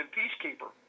peacekeeper